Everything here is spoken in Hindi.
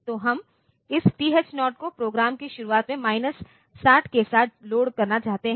तो हम इस TH0 को प्रोग्राम की शुरुआत में माइनस 60 के साथ लोड करना चाहते हैं